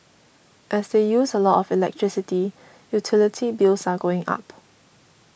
as they use a lot of electricity utility bills are going up